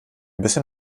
bisschen